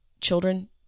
children